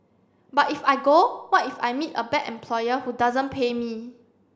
but if I go what if I meet a bad employer who doesn't pay me